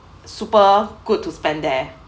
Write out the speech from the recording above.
super good to spend there